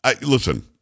Listen